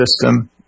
system